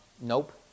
nope